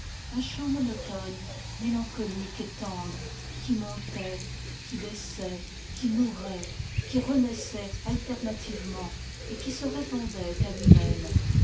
un chant monotone mélancolique et tendre qui montait qui baissait qui mourait qui renaissait alternativement et qui se répondait à lui-même